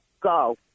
Go